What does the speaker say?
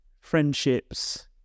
friendships